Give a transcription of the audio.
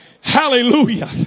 hallelujah